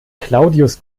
claudius